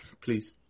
Please